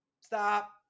Stop